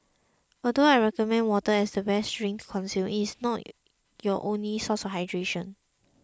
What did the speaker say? although I recommend water as the best drink consume it is not your only source of hydration